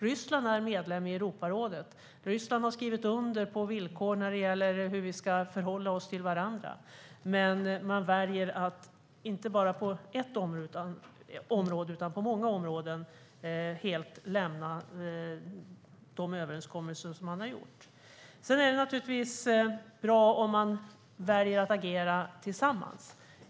Ryssland är medlem i Europarådet, och Ryssland har skrivit under på villkor för hur vi ska förhålla oss till varandra. Men man väljer att, inte bara på ett område utan på många områden, helt lämna de överenskommelser man har gjort. Sedan är det naturligtvis bra om man väljer att agera tillsammans.